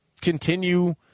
continue